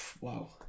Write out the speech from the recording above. Wow